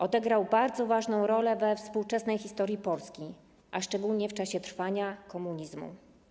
Odegrał bardzo ważną rolę we współczesnej historii Polski, a szczególnie w czasie trwania komunizmu.